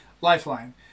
Lifeline